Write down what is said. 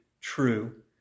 true